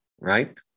right